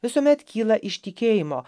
visuomet kyla iš tikėjimo